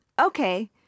Okay